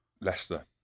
Leicester